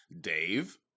Dave